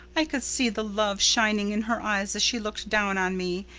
i could see the love shining in her eyes as she looked down on me.